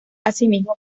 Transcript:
asimismo